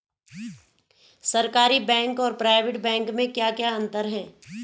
सरकारी बैंक और private bank में क्या क्या अंतर हैं?